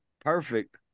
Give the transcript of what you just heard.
Perfect